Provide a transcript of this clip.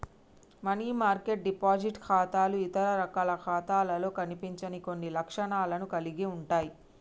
money market deposit ఖాతాలు ఇతర రకాల ఖాతాలలో కనిపించని కొన్ని లక్షణాలను కలిగి ఉంటయ్